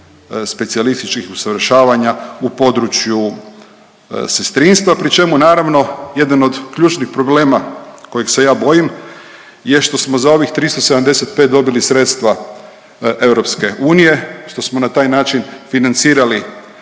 u području sestrinstva, pri čemu naravno jedan od ključnih problema kojih se ja bojim je što smo za ovih 375 dobili sredstva EU, što smo na taj način financirali